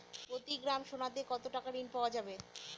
প্রতি গ্রাম সোনাতে কত টাকা ঋণ পাওয়া যাবে?